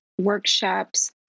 workshops